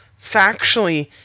factually